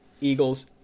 Eagles